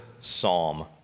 psalm